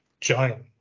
giant